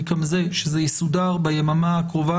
שזה יסודר ביממה הקרובה.